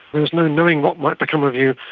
there was no knowing what might become of you,